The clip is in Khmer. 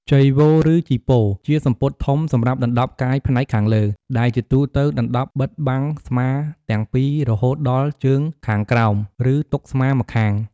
ចីវរឬចីពរ ជាសំពត់ធំសម្រាប់ដណ្ដប់កាយផ្នែកខាងលើ ដែលជាទូទៅដណ្ដប់បិទបាំងស្មាទាំងពីររហូតដល់ជើងខាងក្រោម ឬទុកស្មាម្ខាង។